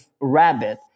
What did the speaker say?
rabbit